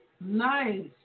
Nice